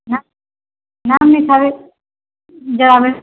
न नाम लिखाबै